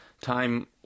time